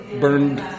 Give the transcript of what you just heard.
burned